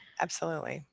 absolutely,